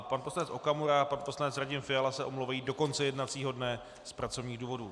Pan poslanec Okamura a pan poslanec Radim Fiala se omlouvají do konce jednacího dne z pracovních důvodů.